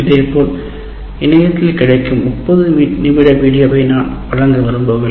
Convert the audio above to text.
இதேபோல் இணையத்தில் கிடைக்கும் 30 நிமிட வீடியோவை நான் வழங்க விரும்பவில்லை